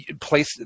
place